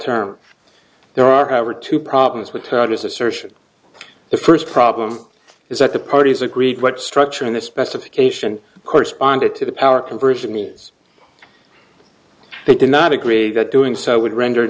term there are over two problems with his assertion the first problem is that the parties agreed what structure in the specification corresponded to the power conversion needs they did not agree that doing so would render